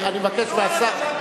אני מבקש מהשר,